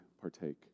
partake